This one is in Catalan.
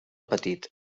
petit